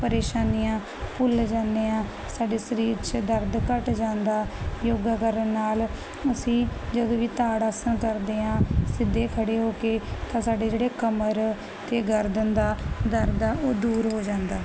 ਪਰੇਸ਼ਾਨੀਆਂ ਭੁੱਲ ਜਾਦੇ ਆ ਸਾਡੇ ਸਰੀਰ ਚ ਦਰਦ ਘੱਟ ਜਾਂਦਾ ਯੋਗਾ ਕਰਨ ਨਾਲ ਅਸੀਂ ਜਦੋਂ ਵੀ ਤਾੜ ਆਸਨ ਕਰਦੇ ਆਂ ਸਿੱਧੇ ਖੜੇ ਹੋ ਕੇ ਤਾਂ ਸਾਡੇ ਜਿਹੜੇ ਕਮਰ ਤੇ ਗਰਦਨ ਦਾ ਦਰਦ ਆ ਉਹ ਦੂਰ ਹੋ ਜਾਂਦਾ